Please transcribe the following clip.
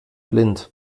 blind